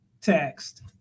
text